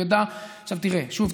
שוב,